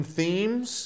themes